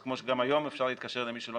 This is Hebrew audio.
זה כמו שגם היום אפשר להתקשר למי שלא